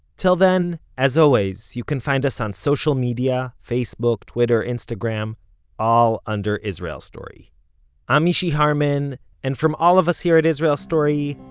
till then, as always, you can find us on social media facebook, twitter, instagram all under israel story i'm mishy harman and from all of us here at israel story,